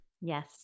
Yes